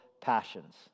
passions